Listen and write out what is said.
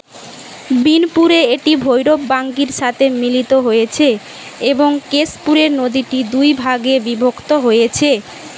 বিনপুরে এটি ভৈরব বাঙ্কির সাথে মিলিত হয়েছে এবং কেশপুরে নদীটি দুই ভাগে বিভক্ত হয়েছে